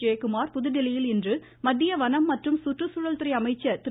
ஜெயக்குமார் புதுதில்லியில் இன்று மத்திய வனம் மற்றும் சுற்றுச்சூழல்துறை அமைச்சர் திரு